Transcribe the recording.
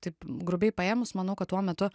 taip grubiai paėmus manau kad tuo metu